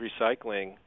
recycling